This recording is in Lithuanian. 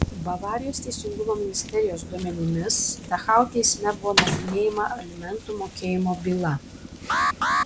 bavarijos teisingumo ministerijos duomenimis dachau teisme buvo nagrinėjama alimentų mokėjimo byla